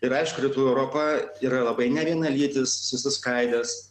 ir aišku rytų europa yra labai nevienalytis susiskaidęs